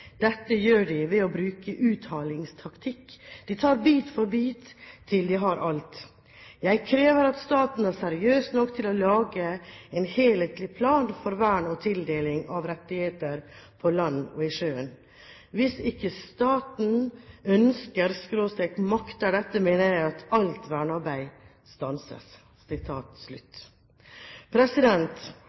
dette gjør de ved å bruke uthalingstaktikk; de tar bit for bit til de har alt. Jeg krever at staten er seriøs nok til å lage en helhetlig plan for vern og tildeling av rettigheter. Hvis ikke staten ønsker/makter dette mener jeg at alt vernearbeid stanses.»